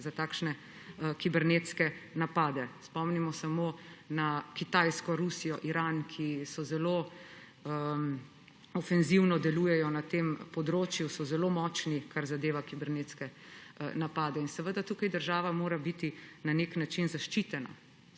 za kibernetske napade. Spomnimo samo na Kitajsko, Rusijo, Iran, ki zelo ofenzivno delujejo na tem področju, so zelo močni, kar zadeva kibernetske napade. Tukaj mora biti država na nek način zaščitena,